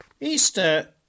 Easter